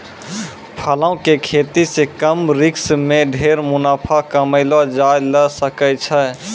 फलों के खेती सॅ कम रिस्क मॅ ढेर मुनाफा कमैलो जाय ल सकै छै